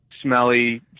smelly